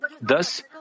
Thus